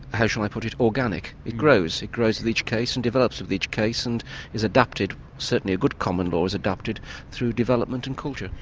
how shall i put it? organic. it grows it grows with each case and develops with each case and is adapted, certainly a good common law, is adapted through development and culture.